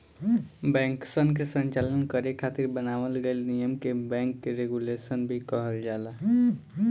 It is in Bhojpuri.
बैंकसन के संचालन करे खातिर बनावल गइल नियम के बैंक रेगुलेशन भी कहल जाला